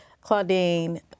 Claudine